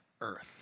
earth